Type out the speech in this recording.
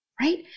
right